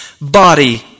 body